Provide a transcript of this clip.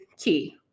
key